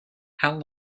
how